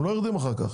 הם לא יורדים אחר כך,